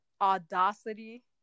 Audacity